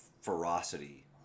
ferocity